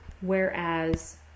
whereas